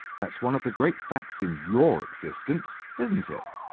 that's one of the great facts in your existence, isn't it?